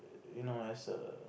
you know as a